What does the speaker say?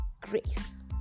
grace